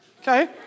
okay